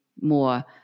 more